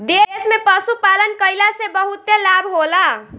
देश में पशुपालन कईला से बहुते लाभ होला